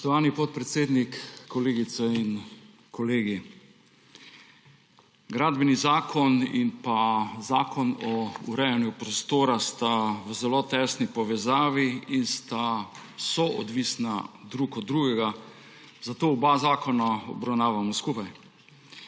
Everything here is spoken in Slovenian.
Spoštovani podpredsednik, kolegice in kolegi! Gradbeni zakon in zakon o urejanju prostora sta v zelo tesni povezavi in sta soodvisna drug od drugega, zato oba zakona obravnavamo skupaj.